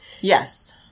yes